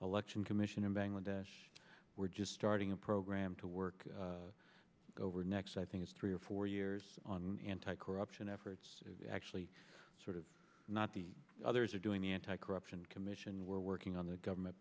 election commission in bangladesh we're just starting a program to work over next i think it's three or four years on anti corruption efforts actually sort of not the others are doing the anti corruption commission we're working on the government